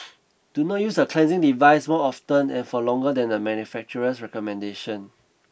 do not use the cleansing devices more often and for longer than the manufacturer's recommendations